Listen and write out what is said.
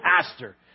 pastor